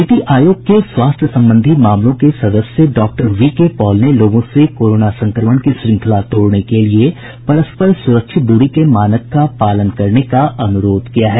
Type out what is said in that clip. नीति आयोग के स्वास्थ्य संबंधी मामलों के सदस्य डॉक्टर वी के पॉल ने लोगों से कोरोना संक्रमण की श्रृंखला तोड़ने के लिए परस्पर सुरक्षित दूरी के मानक का पालन करने का अनुरोध किया है